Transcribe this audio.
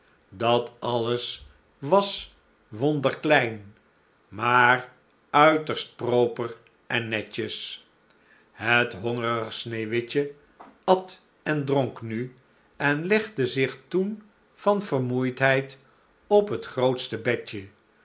dat alles was wonderklein maar uiterst proper en netjes het hongerige sneeuwwitje at en dronk nu en legde zich toen van vermoeidheid op het grootste bedje